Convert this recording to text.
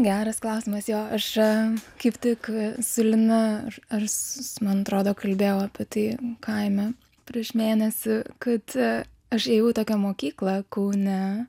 geras klausimas jo aš kaip tik su lina aš ar man atrodo kalbėjau kaime prieš mėnesį kad aš ėjau į tokią mokyklą kaune